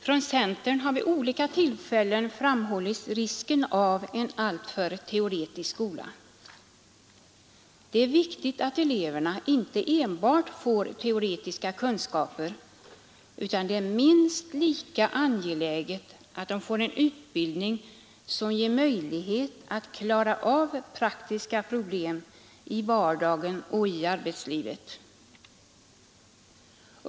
Från centern har vid olika tillfällen framhållits risken av en alltför teoretisk skola. Det är viktigt att eleverna inte enbart får teoretiska kunskaper; det är minst lika angeläget att de får en utbildning som gör det möjligt för dem att klara av praktiska problem i vardagen och i arbetslivet.